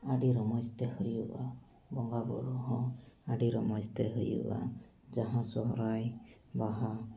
ᱟᱹᱰᱤ ᱨᱚᱢᱚᱡᱽᱛᱮ ᱦᱩᱭᱩᱜᱼᱟ ᱵᱚᱸᱜᱟ ᱵᱩᱨᱩ ᱦᱚᱸ ᱟᱹᱰᱤ ᱨᱚᱢᱚᱡᱽᱛᱮ ᱦᱩᱭᱩᱜᱼᱟ ᱡᱟᱦᱟᱸ ᱥᱚᱦᱨᱟᱭ ᱵᱟᱦᱟ